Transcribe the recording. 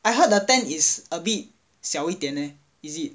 I heard the tent is a bit 小一点 eh is it